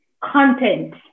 content